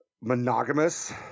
monogamous